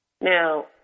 now